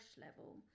level